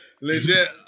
Legit